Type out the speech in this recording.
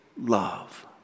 love